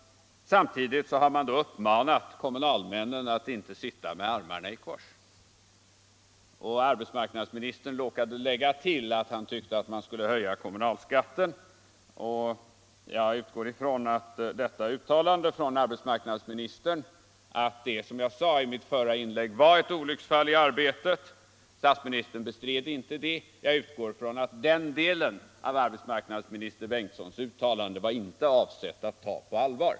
Samtidigt har man då uppmanat kommunalmännen att inte sitta med armarna i kors. Arbetsmarknadsministern råkade lägga till att han tyckte att man skulle höja kommunalskatten. Jag utgår från att detta uttalande från arbetsmarknadsministern — som jag sade i mitt förra inlägg — var ett olycksfall i arbetet. Statsministern bestred inte det. Jag utgår från att den delen av arbetsmarknadsminister Bengtssons anförande inte var avsedd att tas på allvar.